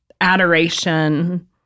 adoration